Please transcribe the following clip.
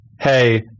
hey